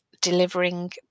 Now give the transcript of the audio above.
delivering